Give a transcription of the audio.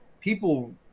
people